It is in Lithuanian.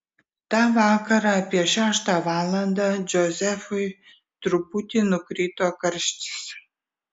tą vakarą apie šeštą valandą džozefui truputį nukrito karštis